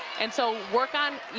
and so work on,